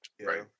Right